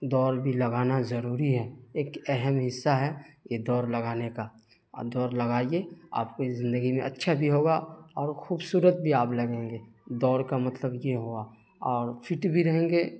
دوڑ بھی لگانا ضروری ہے ایک اہم حصہ ہے یہ دوڑ لگانے کا آپ دوڑ لگائیے آپ کو زندگی میں اچھا بھی ہوگا اور خوبصورت بھی آپ لگیں گے دوڑ کا مطلب یہ ہوا اور فٹ بھی رہیں گے